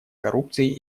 коррупцией